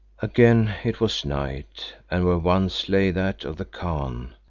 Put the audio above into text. again it was night, and where once lay that of the khan,